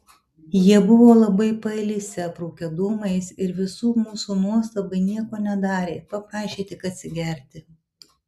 jie buvo labai pailsę aprūkę dūmais ir visų mūsų nuostabai nieko nedarė paprašė tik atsigerti